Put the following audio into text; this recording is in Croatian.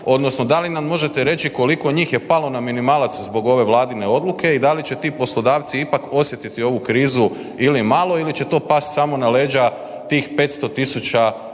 odnosno da li nam možete reći koliko njih je palo na minimalac zbog ove Vladine odluke i da li će ti poslodavci ipak osjetiti ovu krizu ili malo ili će to pasti samo na leđa tih 500.000 radnika.